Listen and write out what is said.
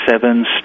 seven